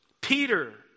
Peter